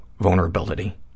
vulnerability